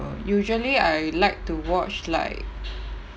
uh usually I like to watch like